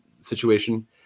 situation